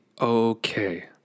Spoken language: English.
okay